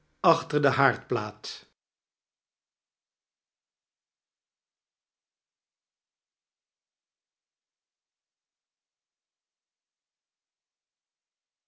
achter de haardplaat